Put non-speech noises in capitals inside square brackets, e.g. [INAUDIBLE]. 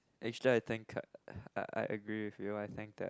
actually I think [NOISE] I I agree with you I think that